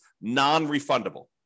non-refundable